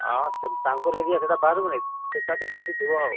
ହଁ ତାଙ୍କର ଏରିଆ ସେଇଟା ବାହାରୁନାହିଁ ସେଟା ତ ବେଶୀ ଥିବ ଆଉ